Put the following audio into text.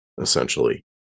essentially